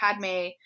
padme